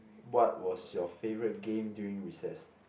what was your favourite game during recess